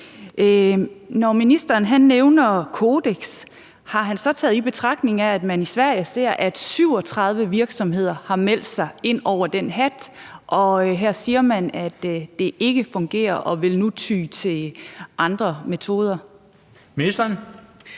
Når ministeren nævner kodeks, har han så taget i betragtning, at man i Sverige ser, at 37 virksomheder har meldt sig ind under den hat, og her siger man, at det ikke fungerer, og at man nu vil ty til andre metoder?